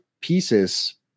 pieces